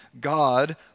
God